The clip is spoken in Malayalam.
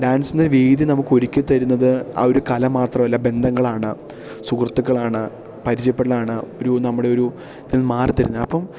ഡാൻസിന് വേദി നമുക്ക് ഒരുക്കിത്തരുന്നത് ആ ഒരു കല മാത്രമല്ല ബന്ധങ്ങളാണ് സുഹൃത്തുക്കളാണ് പരിചയപ്പെടലാണ് ഒരു നമ്മുടെ ഒരു ഇതിൽ മാറിത്തരുന്നത് അപ്പോള്